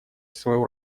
свою